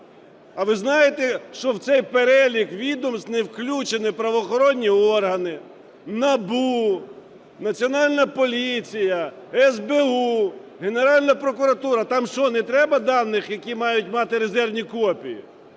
А ви знаєте, що в цей перелік відомств не включені правоохоронні органи, НАБУ, Національна поліція, СБУ, Генеральна прокуратура? Там що не треба даних, які мають мати резервні копії?